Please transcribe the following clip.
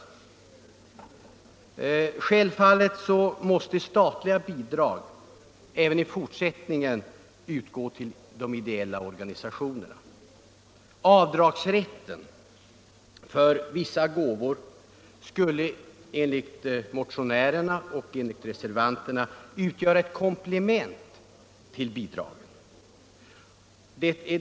Självfallet måste statligt bidrag även i fortsättningen utgå till de ideella organisationerna. Avdragsrätten för vissa gåvor skulle enligt motionärerna och reservanterna vara ett komplement till bidragen.